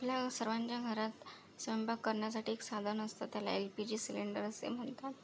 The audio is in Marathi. आपल्या सर्वांच्या घरात स्वयंपाक करण्यासाठी एक साधन असतं त्याला एल पी जी सिलेंडर असे म्हणतात